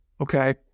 Okay